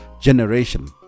generation